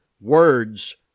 Words